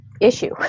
issue